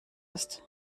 ist